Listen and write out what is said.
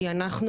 כי אנחנו